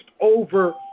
over